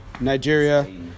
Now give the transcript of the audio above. Nigeria